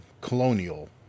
Colonial